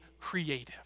creative